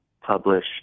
publish